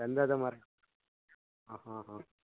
ಗಂಧದ ಮರ ಹಾಂ ಹಾಂ ಹಾಂ